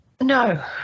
No